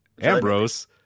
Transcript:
Ambrose